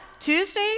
Tuesday